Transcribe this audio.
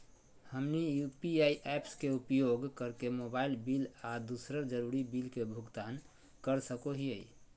हमनी UPI apps के उपयोग करके मोबाइल बिल आ दूसर जरुरी बिल के भुगतान कर सको हीयई